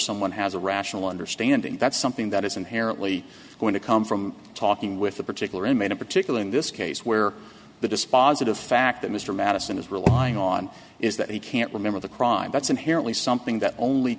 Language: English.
someone has a rational understanding that's something that is inherently going to come from talking with a particular inmate in particular in this case where the dispositive fact that mr madison is relying on is that he can't remember the crime that's inherently something that only